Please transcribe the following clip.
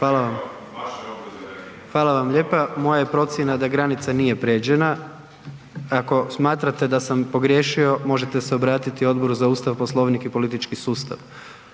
Fala vam, fala vam lijepa, moja je procjena da granica nije pređena. Ako smatrate da sam pogriješio možete se obratiti Odboru za Ustav, Poslovnik i politički sustav.